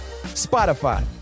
Spotify